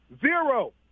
Zero